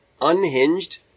unhinged